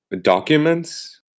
documents